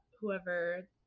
whoever